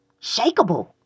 shakable